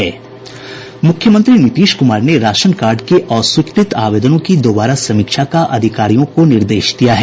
मूख्यमंत्री नीतीश क्मार ने ration card के अस्वीकृत आवेदनों की दोबारा समीक्षा का अधिकारियों को निर्देश दिया है